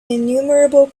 innumerable